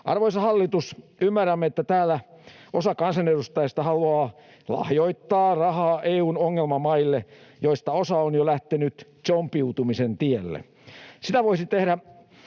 Arvoisa hallitus, ymmärrämme, että täällä osa kansanedustajista haluaa lahjoittaa rahaa EU:n ongelmamaille, joista osa on jo lähtenyt zombiutumisen tielle. Sitä voisi tehdä